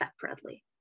separately